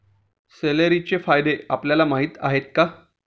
सेलेरीचे फायदे आपल्याला माहीत आहेत का?